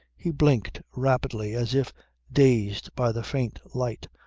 he blinked rapidly as if dazed by the faint light,